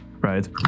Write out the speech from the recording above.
Right